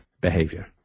behavior